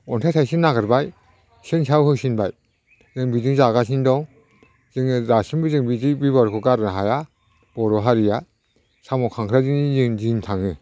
अन्थाइ थाइसे नागिरबाय सेन सायाव होसिनबाय जों बिदिनो जागासिनो दं जोङो दासिमबो जों बिदि बेबहारखौ गारनो हाया बर' हारिया साम' खांख्रायजोंनो जोंनि दिन थाङो